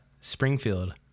springfield